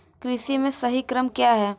कृषि में सही क्रम क्या है?